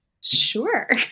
Sure